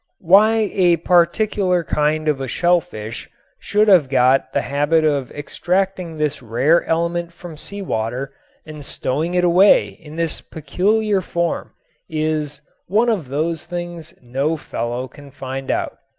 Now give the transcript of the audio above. why a particular kind of a shellfish should have got the habit of extracting this rare element from sea water and stowing it away in this peculiar form is one of those things no fellow can find out.